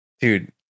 dude